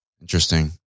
Interesting